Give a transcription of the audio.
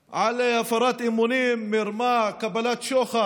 על הפרת אמונים, מרמה וקבלת שוחד,